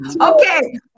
Okay